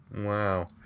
wow